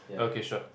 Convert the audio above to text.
okay sure